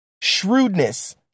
shrewdness